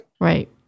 Right